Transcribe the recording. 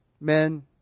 men